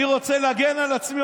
אני רוצה להגן על עצמי,